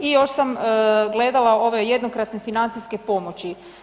I još sam gledala ove jednokratne financijske pomoći.